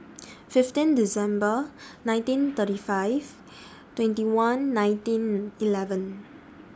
fifteen December nineteen thirty five twenty one nineteen eleven